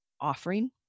offering